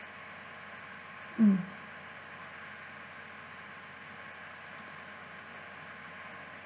mm